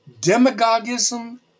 demagogism